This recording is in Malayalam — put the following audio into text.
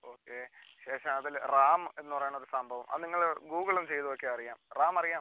ഓക്കെ ശേഷം അതില് റാം എന്ന് പറയുന്ന ഒരു സംഭവം അത് നിങ്ങൾ ഗൂഗിള് ഒന്ന് ചെയ്ത് നോക്കിയാൽ അറിയാം റാം അറിയാമോ